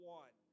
one